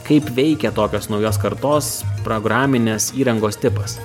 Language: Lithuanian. kaip veikia tokios naujos kartos programinės įrangos tipas